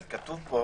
אבל כתוב פה